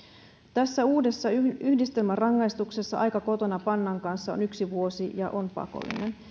tässä uudessa yhdistelmärangaistuksessa aika kotona pannan kanssa on yksi vuosi ja on pakollinen